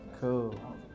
Cool